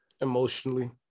Emotionally